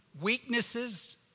weaknesses